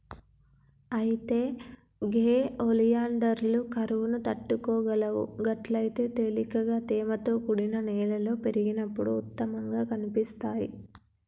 అయితే గే ఒలియాండర్లు కరువును తట్టుకోగలవు గట్లయితే తేలికగా తేమతో కూడిన నేలలో పెరిగినప్పుడు ఉత్తమంగా కనిపిస్తాయి